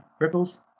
Ripples